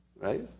right